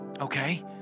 Okay